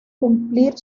cumplir